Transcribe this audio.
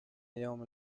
يوم